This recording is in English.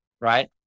right